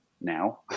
now